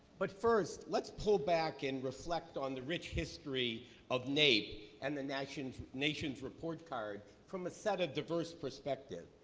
but first, let's pull back and reflect on the rich history of naep and the nation's nation's report card from a set of diverse perspectives.